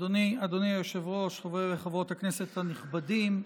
אדוני היושב-ראש, חברות וחברי הכנסת הנכבדים,